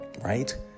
right